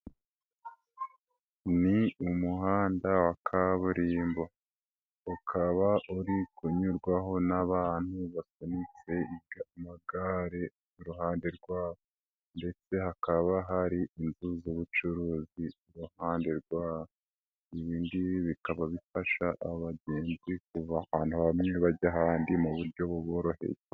Ni umuhanda wa kaburimbo. Ukaba uri kunyurwaho n'abantu basunitse amagare iruhande rwawo ndetse hakaba hari inzu z'ubucuruzi ku ruhande rwawo. Ibi bikaba bifasha abagenzi kuva ahantu hamwe bajya ahandi mu buryo buboroheye.